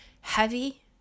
heavy